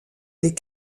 les